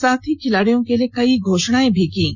साथ ही खिलाडियों के लिए कई घोषणाएं भी कीं